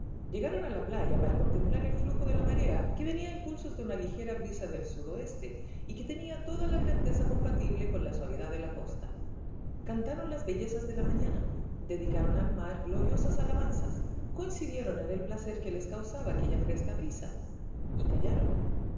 llegaron a la playa para contemplar el flujo de la marea que venía a impulsos de una ligera brisa del sudoeste y que tenía toda la grandeza compatible con la suavidad de la costa cantaron las bellezas de la mañana dedicaron al mar gloriosa alabanzas coincidieron en el placer que les causaba aquella fresca brisa y callaron de